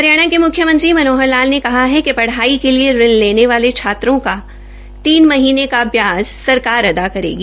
हरियाणा के मुख्यमंत्री मनोहर लाल ने कहा है कि पढ़ाई के लिए ऋण लेने वाले छात्रों का तीन महीनें का ब्याज सरकार अदा करेगी